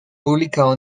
publicado